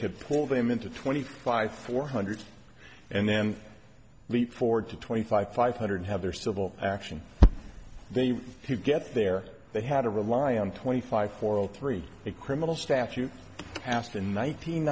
could pull them into twenty five four hundred and then leap forward to twenty five five hundred have their civil action they get there they had to rely on twenty five for all three a criminal statute passed in